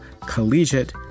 Collegiate